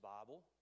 Bible